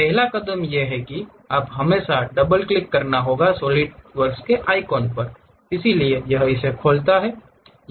पहला कदम यह है कि आपको हमेशा डबल क्लिक करना है सॉलिडवर्क्स आइकन पर इसलिए यह इसे खोलता है